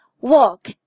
walk